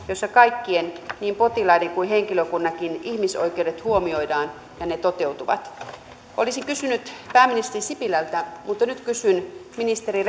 jossa kaikkien niin potilaiden kuin henkilökunnankin ihmisoikeudet huomioidaan ja ne toteutuvat olisin kysynyt pääministeri sipilältä mutta nyt kysyn ministeri